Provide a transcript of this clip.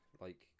Like-